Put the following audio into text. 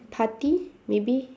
party maybe